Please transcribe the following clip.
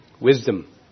wisdom